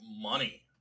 money